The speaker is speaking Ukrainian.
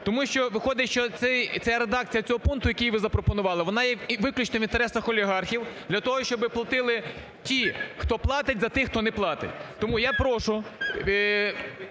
Тому що виходить, що ця редакція цього пункту, який ви запропонували, вона є виключно в інтересах олігархів для того, щоб платили ті, хто платить, за тих, хто не платить. Тому я прошу